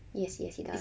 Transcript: yes yes he does